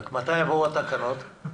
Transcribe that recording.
מתי יבואו התקנות?